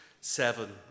seven